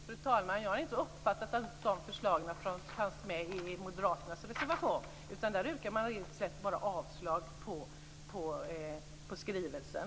Fru talman! Jag har inte uppfattat att de förslagen fanns med i moderaternas reservation. Där avstyrker man i stort sett bara skrivelsen.